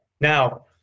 now